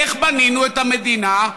איך בנינו את המדינה?